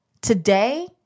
today